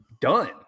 done